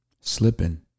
slipping